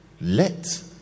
let